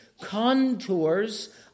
contours